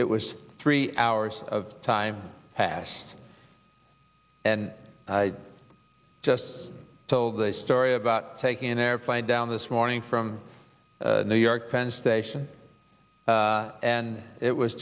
it was three hours of time passed and i just told the story about taking an airplane down this morning from new york penn station and it was